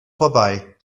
vorbei